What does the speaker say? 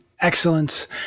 Excellence